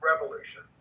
revolution